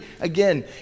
again